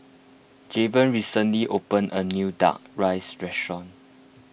Javen recently opened a new Duck Rice restaurant